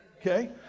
Okay